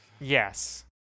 Yes